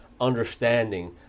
understanding